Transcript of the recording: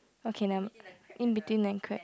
okay never in between then crab